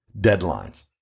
deadlines